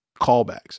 callbacks